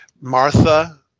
Martha